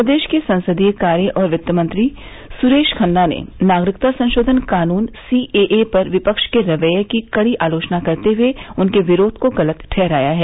प्रदेष के संसदीय कार्य और वित्त मंत्री सुरेष खन्ना ने नागरिकता संषोधन कानून सीएए पर विपक्ष के रवैये की कड़ी आलोचना करते हुए उनके विरोध को गलत ठहराया है